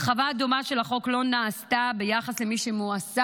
הרחבה דומה של החוק לא נעשתה ביחס למי שמועסק